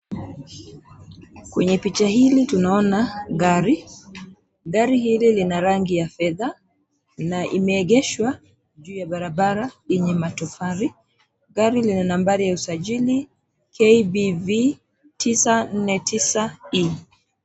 Kwenye picha hili tunaona gari, gari hili lina rangi ya fedha na imeegeshwa juu ya barabara yenye matofali, gari lina nambari ya usajili KBV 949E.